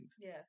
Yes